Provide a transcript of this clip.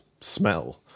smell